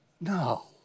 No